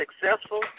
successful